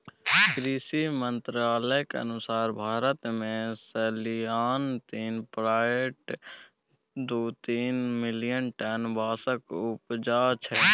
कृषि मंत्रालयक अनुसार भारत मे सलियाना तीन पाँइट दु तीन मिलियन टन बाँसक उपजा छै